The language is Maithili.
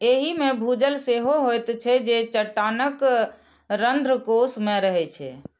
एहि मे भूजल सेहो होइत छै, जे चट्टानक रंध्रकोश मे रहै छै